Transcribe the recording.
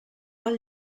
del